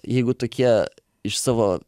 jeigu tokie iš savo